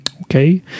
Okay